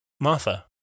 Martha